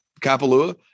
Kapalua